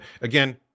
again